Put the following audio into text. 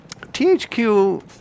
THQ